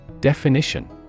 Definition